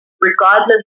regardless